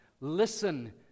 Listen